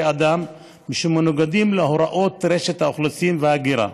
אדם ושמנוגדים להוראות רשות האוכלוסין וההגירה,